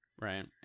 Right